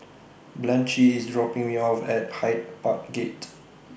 Blanchie IS dropping Me off At Hyde Park Gate